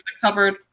covered